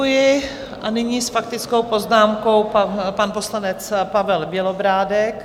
Ano, děkuji, a nyní s faktickou poznámkou pan poslanec Pavel Bělobrádek.